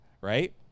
right